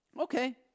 okay